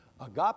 agape